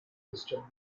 listed